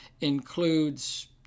includes